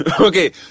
Okay